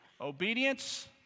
Obedience